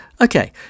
Okay